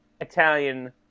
Italian